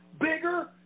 bigger